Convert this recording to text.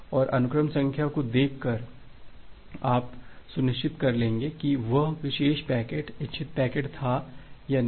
और अनुक्रम संख्या को देखकर आप यह सुनिश्चित कर लेंगे कि वह विशेष पैकेट इच्छित पैकेट था या नहीं